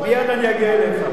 מייד אני אגיע אליך.